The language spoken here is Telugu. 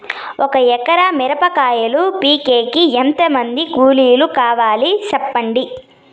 ఒక ఎకరా మిరప కాయలు పీకేకి ఎంత మంది కూలీలు కావాలి? సెప్పండి?